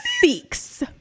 six